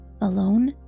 alone